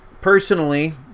personally